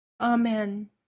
Amen